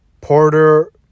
Porter